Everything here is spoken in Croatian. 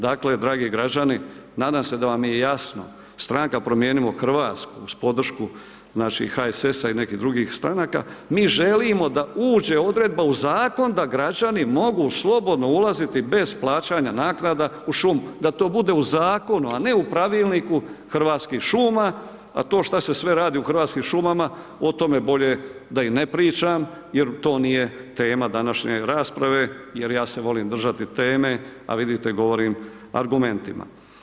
Dakle, dragi građani nadam se da vam je jasno, Stranka promijenimo Hrvatsku uz podršku naših HSS-a i nekih drugih stranaka, mi želimo da uđe odredba u zakon da građani mogu slobodno ulaziti bez plaćanja naknada u šumu, da to bude u zakonu, a ne u pravilniku Hrvatskih šuma, a to šta se sve radi u Hrvatskim šumama, o tome bolje da i ne pričam jer to nije tema današnje rasprave jer ja se volim držati teme, a vidite govorim argumentima.